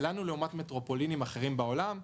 לעומת מטרופולינים אחרים בעולם.